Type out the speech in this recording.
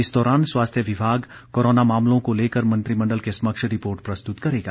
इस दौरान स्वास्थ्य विभाग कोरोना मामलों को लेकर मंत्रिमंडल के समक्ष रिपोर्ट प्रस्तुत करेगा